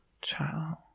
Child